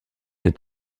ces